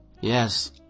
Yes